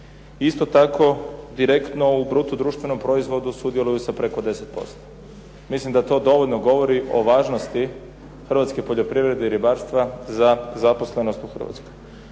Isto tako, direktno u bruto društvenom proizvodu sudjeluju sa preko 10%. Mislim da to dovoljno govori o važnosti hrvatske poljoprivrede i ribarstva za zaposlenost u Hrvatskoj.